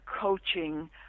coaching